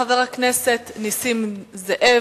חבר הכנסת נסים זאב,